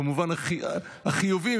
במובן החיובי,